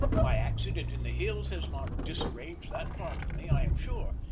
my accident in the hills has not disarranged that part of me, i am sure,